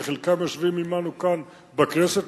שחלקם יושבים עמנו כאן בכנסת,